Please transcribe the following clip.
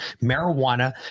marijuana